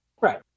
Right